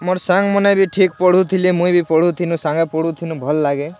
ମୋର୍ ସାଙ୍ଗ୍ମାନେ ବି ଠିକ୍ ପଢ଼ୁଥିଲେ ମୁଇଁ ବି ପଢ଼ୁଁ ଥିନୁଁ ସାଙ୍ଗ ପଢ଼ୁଁ ଥିନୁଁ ଭଲ୍ ଲାଗେ